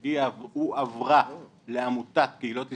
היא הועברה לעמותת קהילות ישראל,